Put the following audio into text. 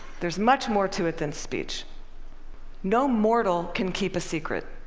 there's much more to it than speech no mortal can keep a secret.